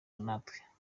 natwe